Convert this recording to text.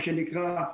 מה שנקרא,